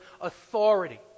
authority